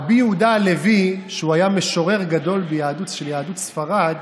רבי יהודה הלוי, שהיה משורר גדול של יהדות ספרד,